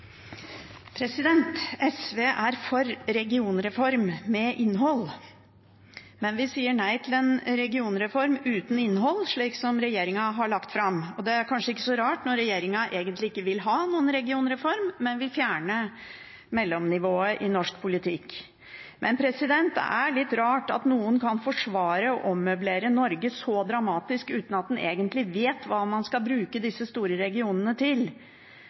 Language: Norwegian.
sier nei til en regionreform uten innhold, som er det regjeringen har lagt fram. Det er kanskje ikke så rart når regjeringen ikke vil ha noen regionreform, men vil fjerne mellomnivået i norsk politikk. Det er litt rart at noen kan forsvare å ommøblere Norge så dramatisk uten at en egentlig vet hva man skal bruke disse store regionene til,